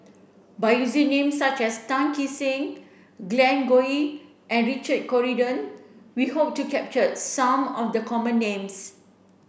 by using name such as Tan Kee Sek Glen Goei and Richard Corridon we hope to capture some of the common names